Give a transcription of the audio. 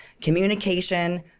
communication